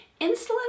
Insulin